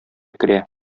керә